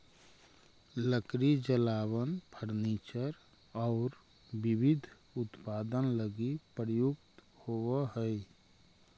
लकड़ी जलावन, फर्नीचर औउर विविध उत्पाद लगी प्रयुक्त होवऽ हई